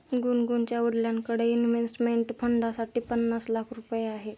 गुनगुनच्या वडिलांकडे इन्व्हेस्टमेंट फंडसाठी पन्नास लाख रुपये आहेत